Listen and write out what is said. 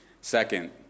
Second